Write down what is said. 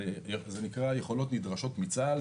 זה נקרא יכולות נדרשות מצה"ל,